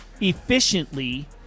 efficiently